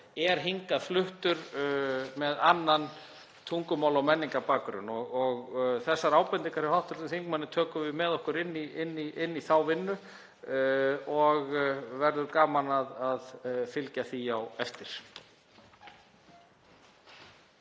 er hingað fluttur með annan tungumála- og menningarbakgrunn. Þessar ábendingar frá hv. þingmanni tökum við með okkur inn í þá vinnu og verður gaman að fylgja því eftir.